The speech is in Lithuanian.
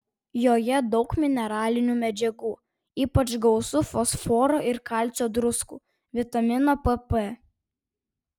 joje daug mineralinių medžiagų ypač gausu fosforo ir kalcio druskų vitamino pp